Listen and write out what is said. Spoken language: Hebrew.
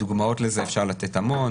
דוגמאות לזה אפשר לתת המון.